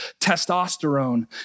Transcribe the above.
testosterone